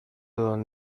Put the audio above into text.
don